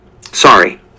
Sorry